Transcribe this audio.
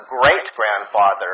great-grandfather